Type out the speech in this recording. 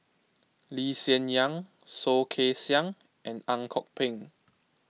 Lee Hsien Yang Soh Kay Siang and Ang Kok Peng